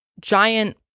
giant